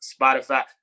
Spotify